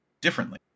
differently